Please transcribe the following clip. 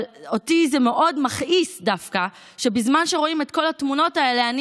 אבל אותי זה מאוד מכעיס דווקא שבזמן שרואים את כל התמונות האלה אני